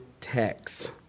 text